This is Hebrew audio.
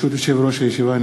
ברשות יושב-ראש הישיבה,